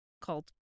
called